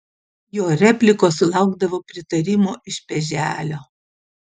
jo replikos sulaukdavo pritarimo iš peželio